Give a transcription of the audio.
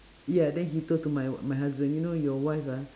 ya then he told to my my husband you know your wife ah